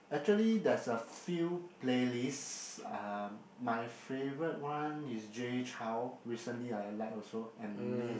actually there's a few playlists um my favorite one is Jay-Chou recently I like also and Myth